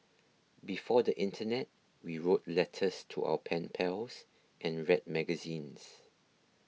before the internet we wrote letters to our pen pals and read magazines